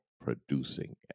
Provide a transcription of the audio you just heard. producing